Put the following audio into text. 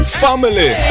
family